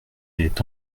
est